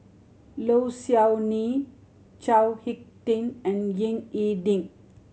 Low Siew Nghee Chao Hick Tin and Ying E Ding